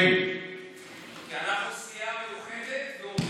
כי אנחנו סיעה מיוחדת ומאוחדת.